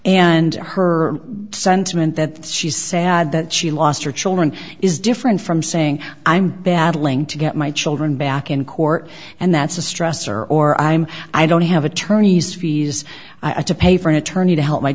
and her sentiment that she's sad that she lost her children is different from saying i'm battling to get my children back in court and that's a stressor or i'm i don't have attorney's fees i to pay for an attorney to help my